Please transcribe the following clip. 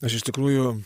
aš iš tikrųjų